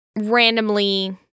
randomly